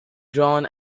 drawn